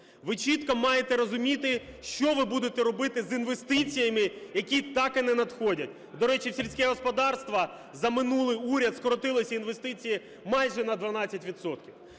ви чітко маєте розуміти, що ви будете робити з інвестиціями, які так і не надходять. До речі, в сільське господарство за минулий уряд скоротилися інвестиції майже на 12